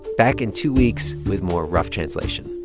back in two weeks with more rough translation